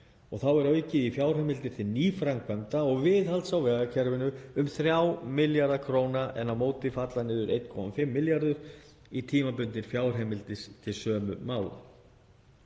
og þá er aukið í fjárheimildir til nýframkvæmda og viðhalds á vegakerfinu um 3 milljarða kr. en á móti falla niður 1,5 milljarðar í tímabundnar fjárheimildir til sömu mála.